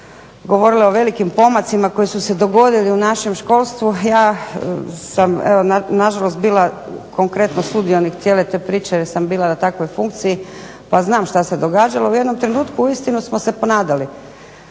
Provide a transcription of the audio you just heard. govorili o velikim pomacima koji su se dogodili u našem školstvu, ja sam evo nažalost bila korektno sudionik cijele te priče jer sam bila na takvoj funkciji, pa znam šta se događalo. U jednom trenutku uistinu smo se ponadali,